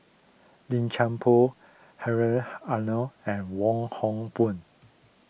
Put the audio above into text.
Lim Chuan Poh Hedwig Anuar and Wong Hock Boon